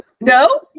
no